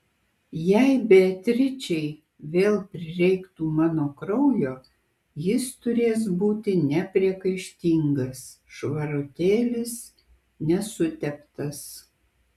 jei beatričei vėl prireiktų mano kraujo jis turės būti nepriekaištingas švarutėlis nesuteptas